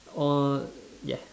on ya